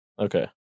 Okay